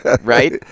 right